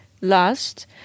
Last